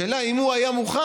השאלה היא אם הוא היה מוכן